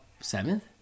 Seventh